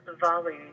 volley